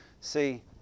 See